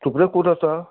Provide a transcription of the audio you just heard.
थुप्रै कुरा छ